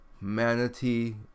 Manatee